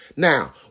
Now